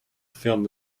film